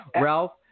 Ralph